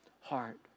heart